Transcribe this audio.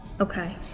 Okay